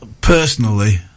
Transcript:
personally